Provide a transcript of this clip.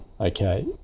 Okay